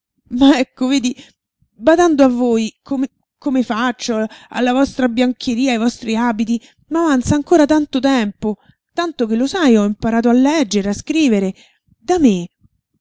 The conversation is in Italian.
ecco vedi badando a voi come faccio alla vostra biancheria ai vostri abiti m'avanza ancora tanto tempo tanto che lo sai ho imparato a leggere e a scrivere da me